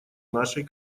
нашей